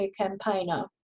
campaigner